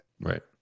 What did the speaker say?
right